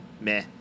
meh